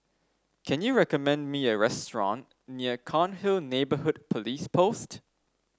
can you recommend me a restaurant near Cairnhill Neighbourhood Police Post